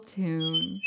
tune